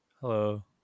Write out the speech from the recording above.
Hello